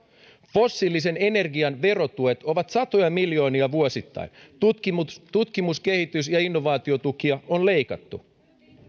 fossiilisen energian verotuet ovat satoja miljoonia vuosittain tutkimus tutkimus kehitys ja innovaatiotukia on leikattu